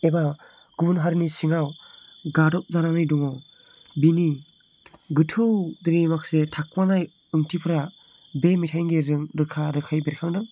एबा गुबुन हारिनि सिङाव गादब जानानै दङ बिनि गोथौ बिदि माखासे थाखुमानाय ओंथिफोरा बे मेथाइनि गेजेरजों रोखा रोखायै बेरखांदों